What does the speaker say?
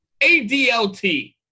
adlt